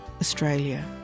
Australia